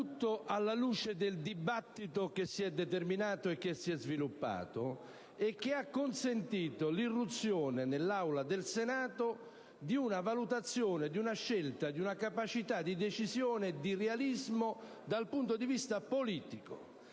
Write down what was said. alla luce del dibattito che si è sviluppato e che ha consentito l'irruzione nell'Aula del Senato di una valutazione, di una scelta, di una capacità di decisione e di realismo dal punto di vista politico.